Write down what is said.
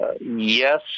yes